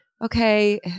okay